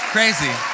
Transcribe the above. Crazy